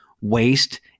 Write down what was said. waste –